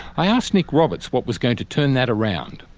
i asked nick roberts what was going to turn that around.